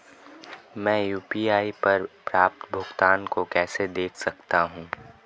मैं यू.पी.आई पर प्राप्त भुगतान को कैसे देख सकता हूं?